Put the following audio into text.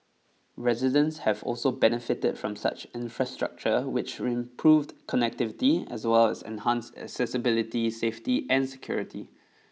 residents have also benefited from such infrastructure which improved connectivity as well as enhanced accessibility safety and security